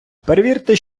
перевірте